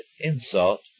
insult